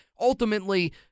ultimately